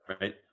Right